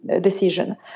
decision